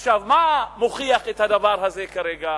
עכשיו, מה מוכיח את הדבר הזה כרגע?